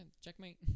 Checkmate